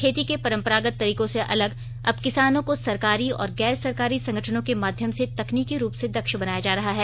खेती के परंपरागत तरीकों से अलग अब किसानों को सरकारी और गैर सरकारी संगठनों के माध्यम से तकनीकी रूप से दक्ष बनाया जा रहा है